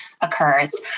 occurs